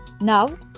Now